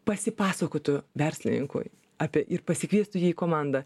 pasipasakotų verslininkui apie ir pasikviestų jį į komandą